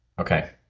okay